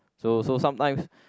so so sometimes